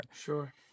Sure